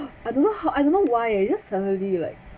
I don't know how I don't know why I just suddenly like